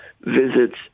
visits